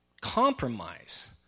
compromise